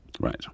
Right